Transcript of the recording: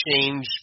change